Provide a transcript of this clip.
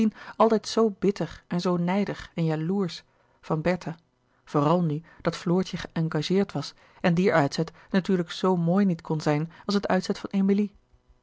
altijd zoo bitter en zoo nijdig en jaloersch van bertha vooral nu dat floortje geëngageerd was en dier uitzet natuurlijk zoo mooi niet kon zijn als het uitzet van emilie